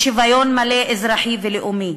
לשוויון מלא, אזרחי ולאומי,